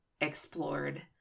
explored